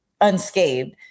unscathed